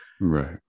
right